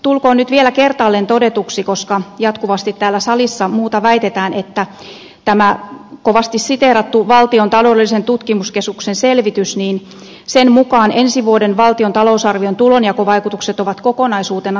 tulkoon nyt vielä kertaalleen todetuksi koska jatkuvasti täällä salissa muuta väitetään että tämän kovasti siteeratun valtion taloudellisen tutkimuskeskuksen selvityksen mukaan ensi vuoden valtion talousarvion tulonjakovaikutukset ovat kokonaisuutena seuraavat